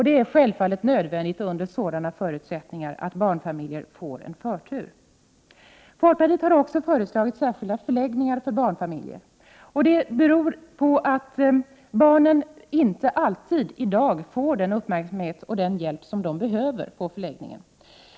Det är självfallet nödvändigt att barnfamiljer får förtur under sådana förhållanden. Folkpartiet har också föreslagit att det skall finnas särskilda förläggningar för barnfamiljer. Det beror på att barnen i dag inte alltid får den uppmärksamhet och den hjälp som de behöver på förläggningarna.